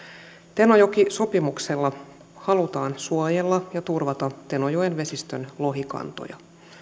tenojoki sopimuksella halutaan suojella ja turvata tenojoen vesistön lohikantoja